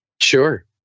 Sure